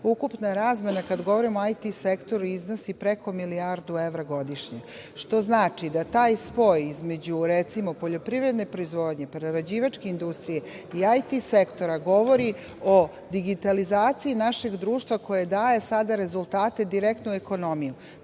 ukupna razmena, kada govorimo o IT sektoru, iznosi preko milijardu evra godišnje, što znači da taj spoj između, recimo, poljoprivredne proizvodnje, prerađivačke industrije i IT sektora govori o digitalizaciji našeg društva koje daje sada rezultate direktno u ekonomiji,